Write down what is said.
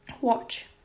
Watch